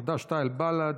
חד"ש-תע"ל-בל"ד,